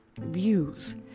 views